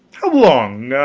how long ah,